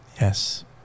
Yes